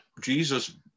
Jesus